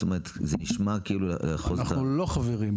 זאת אומרת זה נשמע -- אנחנו לא חברים.